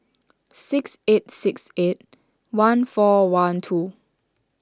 six eight six eight one four one two